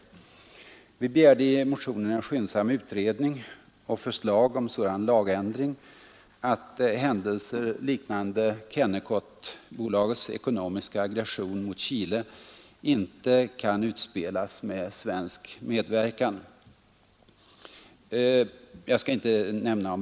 Vi begärde i motionen en skyndsam utredning och förslag om sådan lagändring, att händelser liknande Kennecottbolagets ekonomiska aggression mot Chile inte kan utspelas med svensk medverkan.